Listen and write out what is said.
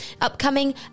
upcoming